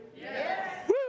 Yes